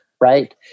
right